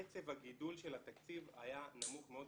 קצב הגידול של התקציב היה נמוך מאוד,